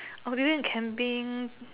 or people in camping